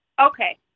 Okay